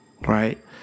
right